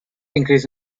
increase